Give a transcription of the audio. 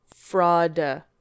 fraud